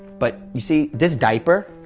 but you see this diaper,